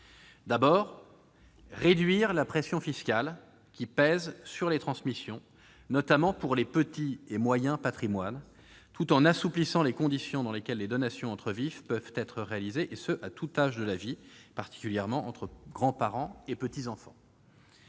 : réduire la pression fiscale qui pèse sur les transmissions, notamment pour les petits et moyens patrimoines, tout en assouplissant les conditions dans lesquelles les donations entre vifs peuvent être réalisées, et ce à tout âge de la vie, particulièrement entre grands-parents et petits-enfants.